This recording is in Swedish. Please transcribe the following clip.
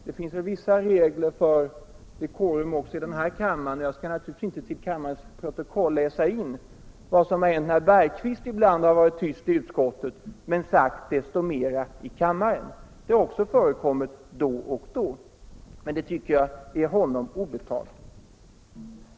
Det finns väl vissa regler för dekorum också här i kammaren, herr talman, och jag skall naturligtvis inte till kammarens protokoll läsa in vad som har hänt när herr Bergqvist ibland varit tyst i utskottet men sagt desto mera i kammaren. Det har förekommit då och då, men det tycker jag skall vara honom. obetaget.